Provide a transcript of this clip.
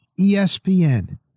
ESPN